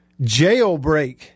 jailbreak